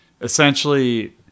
essentially